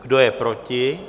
Kdo je proti?